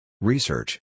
Research